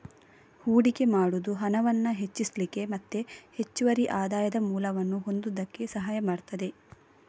ಹೂಡಿಕೆ ಮಾಡುದು ಹಣವನ್ನ ಹೆಚ್ಚಿಸ್ಲಿಕ್ಕೆ ಮತ್ತೆ ಹೆಚ್ಚುವರಿ ಆದಾಯದ ಮೂಲವನ್ನ ಹೊಂದುದಕ್ಕೆ ಸಹಾಯ ಮಾಡ್ತದೆ